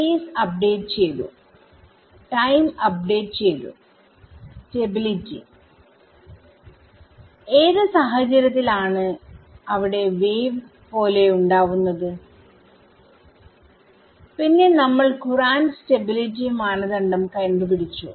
space update ചെയ്തു time update ചെയ്തു stability ഏത് സാഹചര്യത്തിൽ ആണ് അവിടെ വേവ് പോലെ ഉണ്ടാവുന്നത് പിന്നെ നമ്മൾ കുറാന്റ് സ്റ്റബിലിറ്റി മാനദണ്ഡംകണ്ടുപിടിച്ചു